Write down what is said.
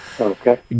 Okay